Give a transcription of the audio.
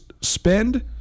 spend